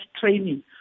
training